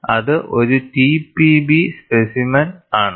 ഇത് ഒരു TPB specimen ആണ്